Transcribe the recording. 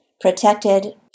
protected